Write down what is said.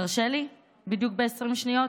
תרשה לי, בדיוק ב-20 שניות.